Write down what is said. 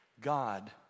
God